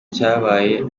cyabaye